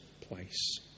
place